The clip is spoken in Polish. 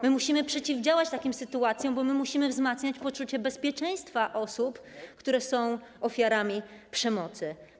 Musimy przeciwdziałać takim sytuacjom, bo musimy wzmacniać poczucie bezpieczeństwa osób, które są ofiarami przemocy.